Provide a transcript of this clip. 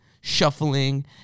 shuffling